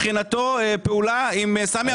שהוא מבחינתו משתף פעולה עם סמי אבו שחאדה?